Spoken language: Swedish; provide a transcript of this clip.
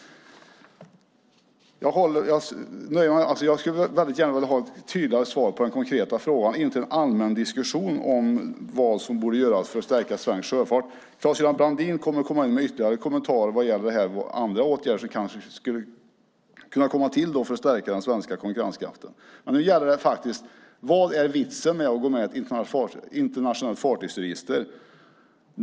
Jag skulle väldigt gärna vilja ha ett tydligare svar på den konkreta frågan och inte en allmän diskussion om vad som borde göras för att stärka svensk sjöfart. Claes-Göran Brandin kommer med ytterligare kommentarer om andra åtgärder som kanske skulle kunna stärka den svenska konkurrenskraften. Vad är vitsen med att gå med i ett internationellt fartygsregister?